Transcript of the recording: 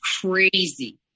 crazy